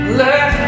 let